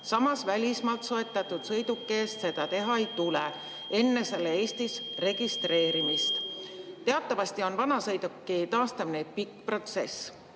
Samas, välismaalt soetatud sõiduki eest seda teha ei tule enne selle Eestis registreerimist. Teatavasti on vanasõiduki taastamine pikk protsess.